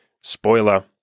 spoiler